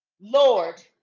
lord